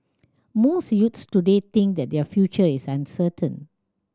most youth today think that their future is uncertain